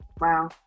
Wow